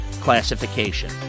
classification